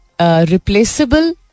replaceable